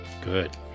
Good